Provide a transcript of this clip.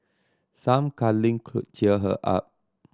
some cuddling could cheer her up